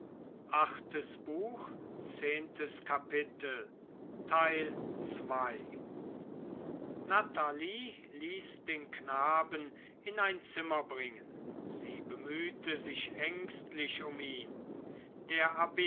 natalie ließ den knaben in ein zimmer bringen sie bemühte sich ängstlich um ihn der abb